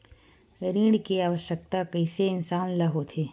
ऋण के आवश्कता कइसे इंसान ला होथे?